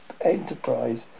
enterprise